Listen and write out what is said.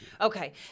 Okay